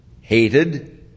Hated